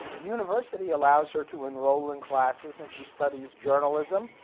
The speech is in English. the university allows her to enroll in classes and she studies journalism,